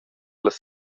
las